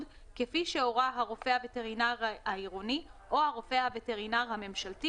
כפי שהורה הרופא הווטרינר העירוני או הרופא הווטרינר הממשלתי,